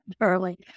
early